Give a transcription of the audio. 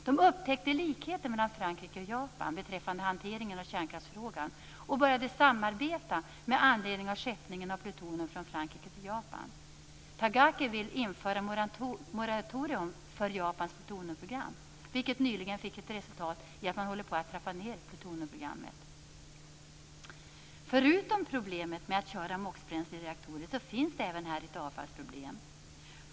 De upptäckte likheter mellan Frankrike och Japan beträffande hanteringen av kärnkraftsfrågan och började samarbeta med anledning av skeppningen av plutonium från Frankrike till Japan. Pagaki vill införa moratorium för Japans plutoniumprogram, vilket nyligen fick till resultat att man håller på att trappa ned plutoniumprogrammet. Förutom problemet med att köra MOX bränslereaktorer finns det även här ett avfallsproblem.